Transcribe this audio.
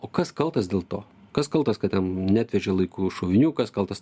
o kas kaltas dėl to kas kaltas kad ten neatvežė laiku šovinių kas kaltas